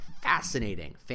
fascinating